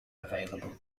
available